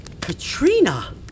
Katrina